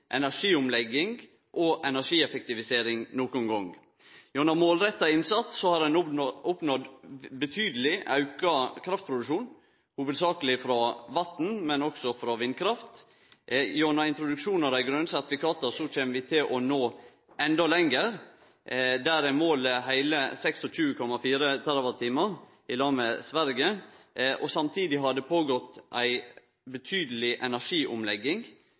energiomlegging og energieffektivisering nokon gong. Gjennom målretta innsats har ein oppnådd ein betydeleg auka kraftproduksjon, hovudsakleg frå vatten, men også frå vindkraft. Gjennom introduksjon av dei grøne sertifikata kjem vi til å nå endå lenger. I lag med Sverige har vi eit mål på heile 26,4 TWh. Samtidig har det pågått ei betydeleg energiomlegging.